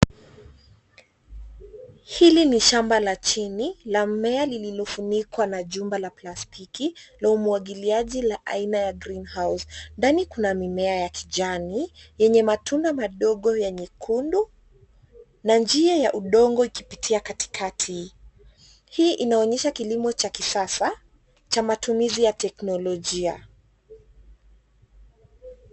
Hili ni shamba la chini la mmea lililofunikwa na jumba la plastiki la umwagiliaji la aina ya greenhouse . Ndani kuna mimea ya kijani, yenye matunda madogo ya nyekundu na njia ya udongo ikipitia katikati. Hii inaonyesha kilimo cha kisasa cha matumizi ya teknolojia.